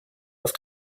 auf